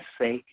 say